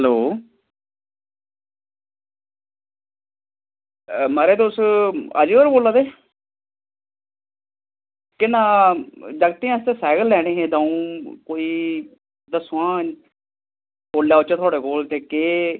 hello मारज़ तुस अजेय होर बोला दे केह् नांऽ जागते आस्तै सैकल लैने हे कोई दऊं दस्सो हां कुसलै औचै थोआढ़े कोल ते केह्